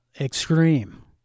extreme